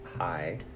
hi